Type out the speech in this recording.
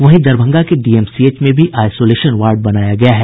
वहीं दरभंगा के डीएमसीएच में भी आईसोलेशन वार्ड बनाया गया है